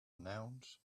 nouns